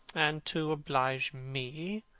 and to oblige me,